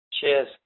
Cheers